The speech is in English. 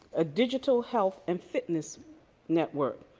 a digital health and fitness network.